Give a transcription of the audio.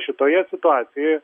šitoje situacijoje